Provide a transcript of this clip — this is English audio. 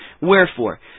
Wherefore